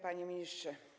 Panie Ministrze!